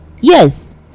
yes